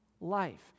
life